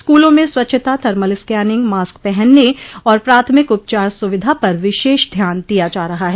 स्कूलों में स्वच्छता थर्मल स्कै निंग मॉस्क पहनने और प्राथमिक उपचार सुविधा पर विशेष ध्यान दिया जा रहा है